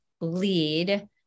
lead